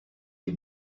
les